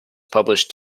published